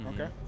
Okay